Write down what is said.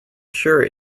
sure